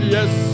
Yes